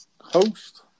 host